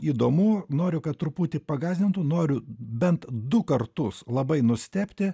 įdomu noriu kad truputį pagąsdintų noriu bent du kartus labai nustebti